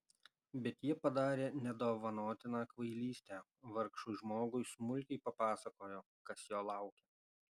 bet jie padarė nedovanotiną kvailystę vargšui žmogui smulkiai papasakojo kas jo laukia